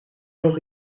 nog